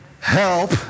help